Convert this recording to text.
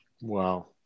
Wow